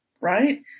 right